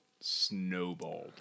snowballed